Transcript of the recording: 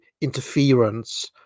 interference